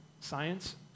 science